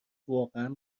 واقعا